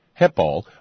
Hepal